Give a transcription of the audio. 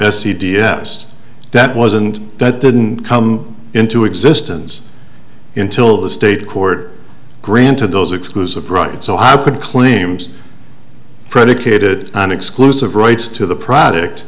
d s that wasn't that didn't come into existence in till the state court granted those exclusive right and so how could claims predicated on exclusive rights to the product